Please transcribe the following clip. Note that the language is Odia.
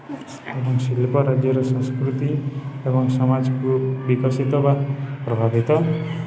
ଏବଂ ଶିଳ୍ପ ରାଜ୍ୟର ସଂସ୍କୃତି ଏବଂ ସମାଜକୁ ବିକଶିତ ବା ପ୍ରଭାବିତ